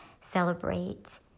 celebrate